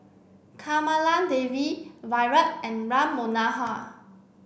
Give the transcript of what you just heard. Kamaladevi Virat and Ram Manohar